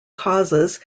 causes